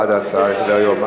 בעד ההצעה לסדר-היום.